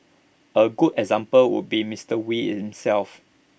A good example would be Mister wee himself